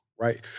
right